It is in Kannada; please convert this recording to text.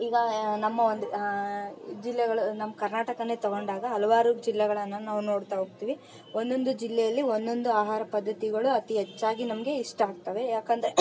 ಈಗ ನಮ್ಮ ಒಂದು ಜಿಲ್ಲೆಗಳು ನಮ್ಮ ಕರ್ನಾಟಕನೇ ತಗೊಂಡಾಗ ಹಲ್ವಾರು ಜಿಲ್ಲೆಗಳನ್ನು ನಾವು ನೋಡ್ತಾ ಹೋಗ್ತಿವಿ ಒಂದೊಂದು ಜಿಲ್ಲೆಯಲ್ಲಿ ಒಂದೊಂದು ಆಹಾರ ಪದ್ದತಿಗಳು ಅತಿ ಹೆಚ್ಚಾಗಿ ನಮಗೆ ಇಷ್ಟ ಆಗ್ತವೆ ಯಾಕಂದರೆ